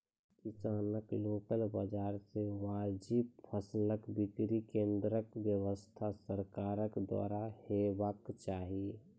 किसानक लोकल बाजार मे वाजिब फसलक बिक्री केन्द्रक व्यवस्था सरकारक द्वारा हेवाक चाही?